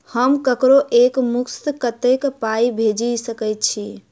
हम ककरो एक मुस्त कत्तेक पाई भेजि सकय छी?